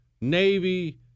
Navy